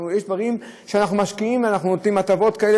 יש דברים שאנחנו משקיעים ונותנים הטבות כאלה